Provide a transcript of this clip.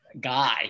guy